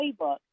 playbook